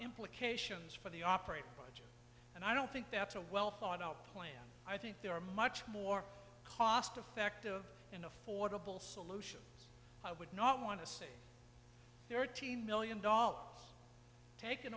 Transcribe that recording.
implications for the operating budget and i don't think that's a well thought out plan i think they are much more cost effective and affordable solution i would not want to see thirteen million dollars taken